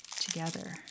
together